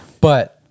But-